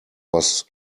was